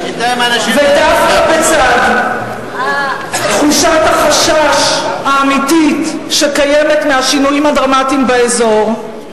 ודווקא בצד תחושת החשש האמיתית שקיימת מהשינויים הדרמטיים באזור,